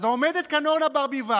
אז עומדת כאן אורנה ברביבאי,